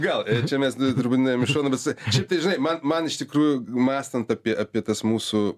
gal čia mes turbūt nemaišau visi čia tai žinai man man iš tikrųjų mąstant apie apie tas mūsų